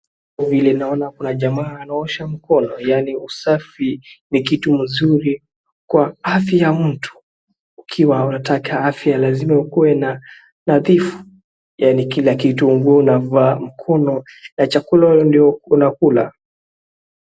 Vile aona kuna jamaa anaosha mkono yaani usafi ni kitu mzuri kwa afya ya mtu ukiwa unataka afya lazima ukuwe na nadhifu yaani kila kitu nguo unavaa, mkono na chakula ndio unakula.